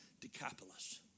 Decapolis